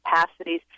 capacities